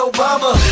Obama